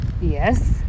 Yes